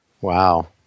Wow